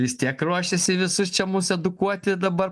vis tiek ruošiasi visus čia mus edukuoti dabar